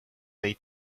they